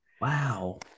Wow